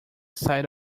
sigh